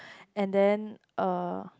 and then uh